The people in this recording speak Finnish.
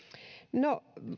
no